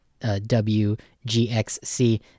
WGXC